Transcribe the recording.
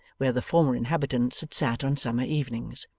where the former inhabitants had sat on summer evenings.